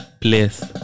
place